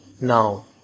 now